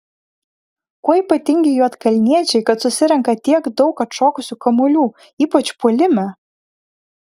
kuo ypatingi juodkalniečiai kad susirenka tiek daug atšokusių kamuolių ypač puolime